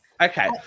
Okay